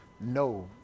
No